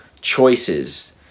choices